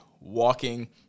Walking